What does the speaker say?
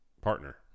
partner